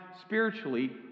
spiritually